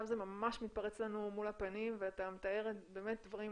זה ממש מתפרץ לנו מול הפנים ואתה מתאר באמת דברים